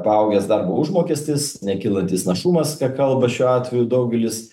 paaugęs darbo užmokestis nekylantis našumas kalba šiuo atveju daugelis